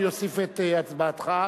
אני אוסיף את הצבעתך,